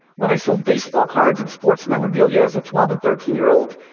when i sold baseball cards and sports memorabilia as a twelve and thirteen year old,